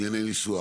ענייני ניסוח.